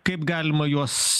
kaip galima juos